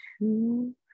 two